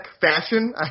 fashion